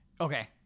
Okay